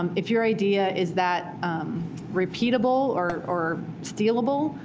um if your idea is that repeatable or or steal-able,